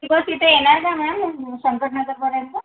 ती बस तिथे येणार नाही म्हणाले ना संपत नगरपर्यंत